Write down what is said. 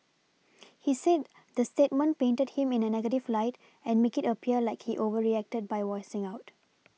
he said the statement painted him in a negative light and make it appear like he overreacted by voicing out